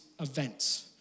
events